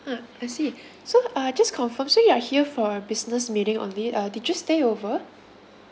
ah I see so uh just confirm so you are here for a business meeting only uh did you stay over